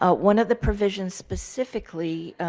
ah one of the provisions specifically